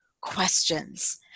questions